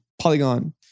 Polygon